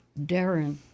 Darren